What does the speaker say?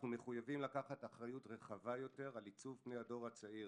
אנחנו מחויבים לקחת אחריות רחבה ויתר על עיצוב פני הדור הצעיר.